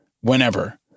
whenever